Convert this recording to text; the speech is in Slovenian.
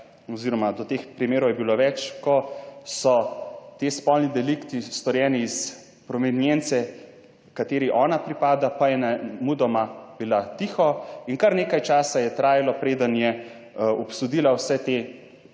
oziroma do teh primerov je bilo več, ko so ti spolni delikti storjeni iz provenience, kateri ona pripada, pa je nemudoma bila tiho in kar nekaj časa je trajalo, preden je obsodila vse te